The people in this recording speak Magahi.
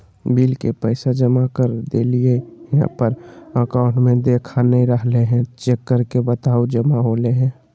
बिल के पैसा जमा कर देलियाय है पर अकाउंट में देखा नय रहले है, चेक करके बताहो जमा होले है?